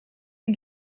les